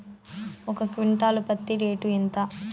ఒక క్వింటాలు పత్తి రేటు ఎంత?